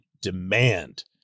demand